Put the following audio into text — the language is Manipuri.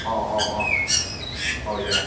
ꯑꯣ ꯑꯣ ꯑꯣ ꯑꯣ ꯌꯥꯏ